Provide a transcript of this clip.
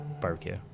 barbecue